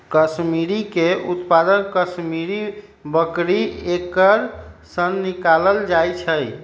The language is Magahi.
कस्मिरीके उत्पादन कस्मिरि बकरी एकर सन निकालल जाइ छै